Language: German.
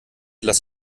lass